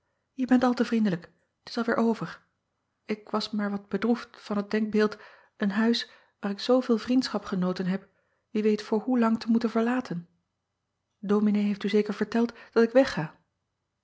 je bent al te vriendelijk t is alweêr over ik was maar wat bedroefd van het denkbeeld een huis waar ik zooveel vriendschap genoten heb wie weet voor hoe lang te moeten verlaten ominee heeft u zeker verteld dat ik wegga